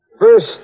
First